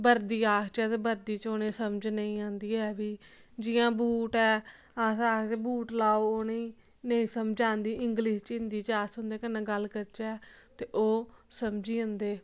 बर्दी आखचै ते बर्दी च उ'नें गी समझ नेईं आंदी ऐ फ्ही जियां बूट ऐ अस आखचै बूट लाओ उ'नेंगी नेईं समझ आंदी हिंदी च इंग्लिश हिंदी च अस उं'दे कन्नै गल्ल करचै ते ओह् समझी जंदे